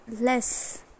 Less